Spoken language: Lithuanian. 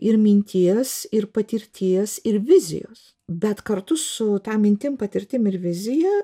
ir minties ir patirties ir vizijos bet kartu su ta mintim patirtim ir vizija